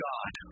God